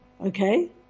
Okay